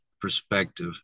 perspective